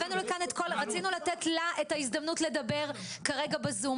רצינו לתת לה את ההזדמנות לדבר בזום,